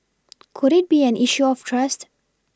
could it be an issue of trust